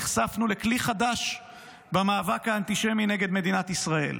נחשפנו לכלי חדש במאבק האנטישמי נגד מדינת ישראל: